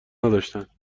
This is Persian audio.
نداشتهاند